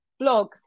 blogs